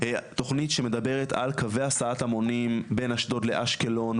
תוכנית שמדברת על קווי הסעת המונים בין אשדוד לאשקלון,